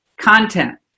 content